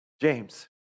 james